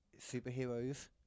superheroes